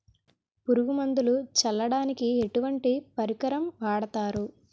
పురుగు మందులు చల్లడానికి ఎటువంటి పరికరం వాడతారు?